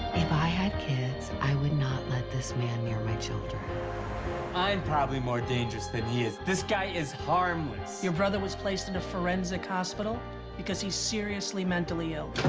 i had kids, i would not let this man near my children. dominick i'm probably more dangerous than he is. this guy is harmless. your brother was placed in a forensic hospital because he's seriously mentally ill.